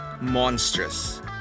Monstrous